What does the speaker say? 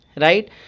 right